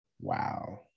Wow